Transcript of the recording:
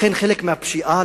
חלק מהפשיעה,